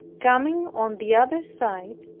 coming on the other side,